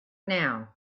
now